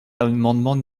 l’amendement